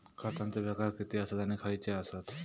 खतांचे प्रकार किती आसत आणि खैचे आसत?